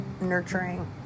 nurturing